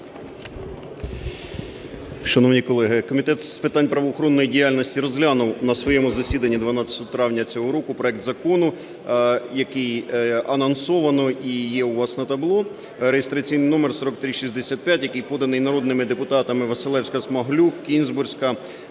Шановні колеги, Комітет з питань правоохоронної діяльності розглянув на своєму засіданні 12 травня цього року проект закону, який анонсовано і є у вас на табло (реєстраційний номер 4365), який поданий народними депутатами: Василевська-Смаглюк, Кінзбурська,